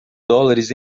dólares